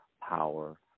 power